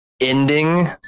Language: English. ending